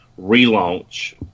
relaunch